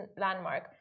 landmark